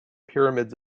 pyramids